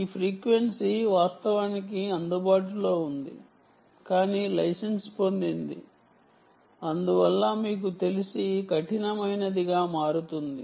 ఈ ఫ్రీక్వెన్సీ వాస్తవానికి అందుబాటులో ఉంది కానీ లైసెన్స్ పొందింది అందువల్ల మీకు తెలిసి కఠినమైనదిగా మారుతుంది